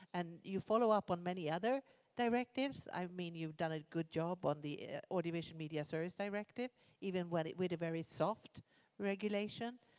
and you follow up on many other directives. i mean you've donal good job on the ah audio media service directive even with with a very soft regulation.